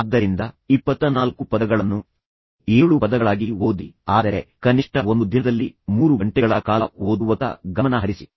ಆದ್ದರಿಂದ ಇಪ್ಪತ್ತನಾಲ್ಕು ಪದಗಳನ್ನು ಏಳು ಪದಗಳಾಗಿ ಓದಿ ಆದರೆ ಕನಿಷ್ಠ ಒಂದು ದಿನದಲ್ಲಿ ಮೂರು ಗಂಟೆಗಳ ಕಾಲ ಓದುವತ್ತ ಗಮನ ಹರಿಸಿ